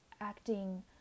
acting